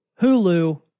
Hulu